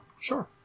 sure